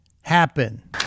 happen